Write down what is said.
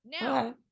now